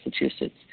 Massachusetts